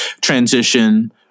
transition